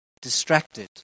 distracted